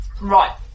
Right